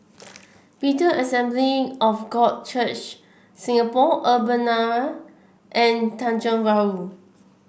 Bethel Assembly of God Church Singapore Urbana and Tanjong Rhu